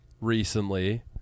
recently